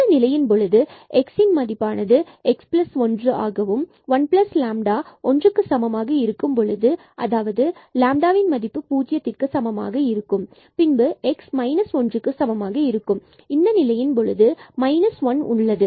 இந்த நிலையின் பொழுது x x1 மற்றும்1λ 1க்கு சமமாக இருக்கும் பொழுது அதாவது λ 0க்கு சமமாக இருக்கும் பொழுது பின்பு x மைனஸ் ஒன்றுக்கு சமமாக இருக்கும் இந்த நிலையின் பொழுது மைனஸ் 1 உள்ளது